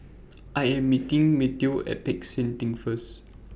I Am meeting Mateo At Peck San Theng First